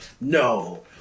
no